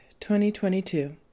2022